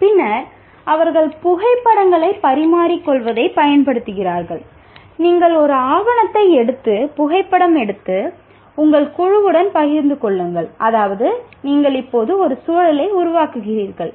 பின்னர் அவர்கள் புகைப்படங்களை பரிமாறிக்கொள்வதைப் பயன்படுத்துகிறார்கள் நீங்கள் ஒரு ஆவணத்தை எடுத்து புகைப்படம் எடுத்து உங்கள் குழுவுடன் பகிர்ந்து கொள்ளுங்கள் அதாவது நீங்கள் இப்போது ஒரு சூழலை உருவாக்குகிறீர்கள்